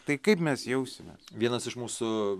tai kaip mes jausimės vienas iš mūsų